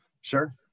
Sure